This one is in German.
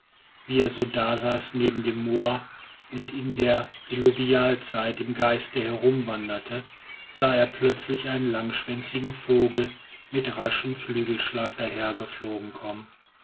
wie er so da saß neben dem moa und in der diluvialzeit im geiste herumwanderte sah er plötzlich einen langschwänzigen vogel mit raschem flügelschlag dahergeflogen